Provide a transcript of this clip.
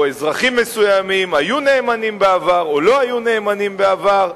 או אזרחים מסוימים היו נאמנים בעבר או לא היו נאמנים בעבר.